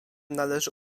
należy